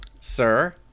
sir